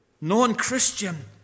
non-Christian